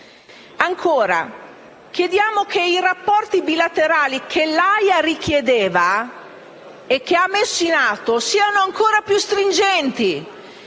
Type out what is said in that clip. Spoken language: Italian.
Chiediamo che i rapporti bilaterali che L'Aja richiedeva e che ha messo in atto siano ancora più stringenti